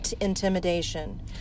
intimidation